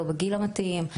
לא בגיל המתאים,